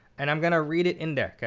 and i'm going to read it in there,